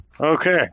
Okay